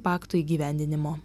pakto įgyvendinimo